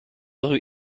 rue